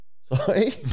Sorry